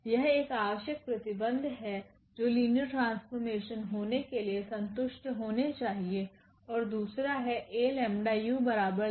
यह एक आवश्यक प्रतिबंध है जो लिनियर ट्रांसफॉर्मेशन होने के लिए संतुष्ट होने चाहिए ओर दूसरा हैA𝜆𝑢 𝜆A𝑢